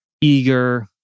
eager